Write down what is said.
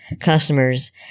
customers